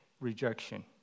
rejection